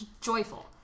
joyful